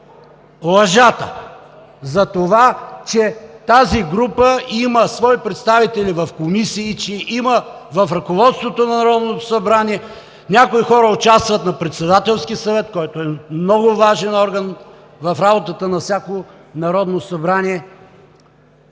лъжата, че тази група има свои представители в комисии и в ръководството на Народното събрание – някои хора участват на Председателски съвет, който е много важен орган в работата на всяко Народно събрание.